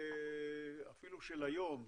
אפילו של היום,